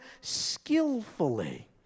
skillfully